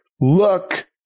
look